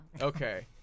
Okay